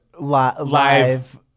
live